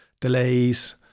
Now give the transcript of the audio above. delays